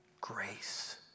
grace